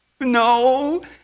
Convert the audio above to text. No